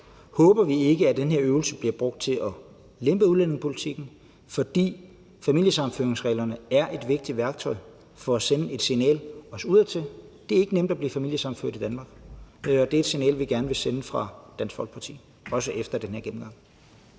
alt håber vi ikke, at den her øvelse bliver brugt til at lempe udlændingepolitikken, for familiesammenføringsreglerne er et vigtigt værktøj for at sende et signal, også udadtil. Det er ikke nemt at blive familiesammenført i Danmark. Det er et signal, vi gerne vil sende fra Dansk Folkeparti, også efter den her gennemgang.